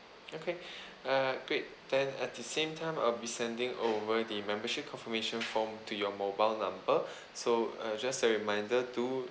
okay uh great then at the same time I'll be sending over the membership confirmation form to your mobile number so uh just a reminder to